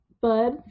bud